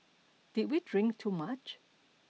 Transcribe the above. did we drink too much